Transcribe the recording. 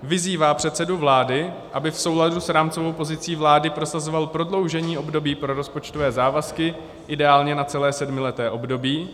Vyzývá předsedu vlády, aby v souladu s rámcovou pozicí vlády prosazoval prodloužení období pro rozpočtové závazky, ideálně na celé sedmileté období.